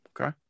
Okay